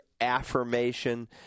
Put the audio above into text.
affirmation